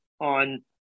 on